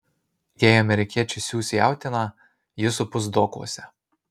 jei amerikiečiai siųs jautieną ji supus dokuose